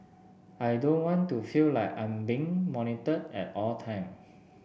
I don't want to feel like I'm being monitored at all the time